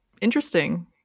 interesting